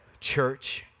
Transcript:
church